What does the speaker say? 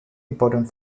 important